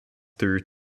through